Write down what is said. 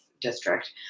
District